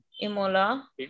Imola